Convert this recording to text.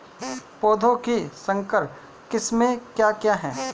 पौधों की संकर किस्में क्या क्या हैं?